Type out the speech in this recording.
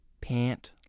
Pant